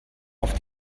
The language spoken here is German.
auf